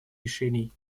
решений